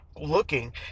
looking